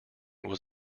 was